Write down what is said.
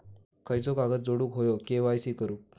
खयचो कागद जोडुक होयो के.वाय.सी करूक?